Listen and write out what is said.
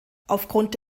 aufgrund